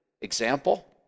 example